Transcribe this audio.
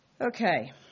Okay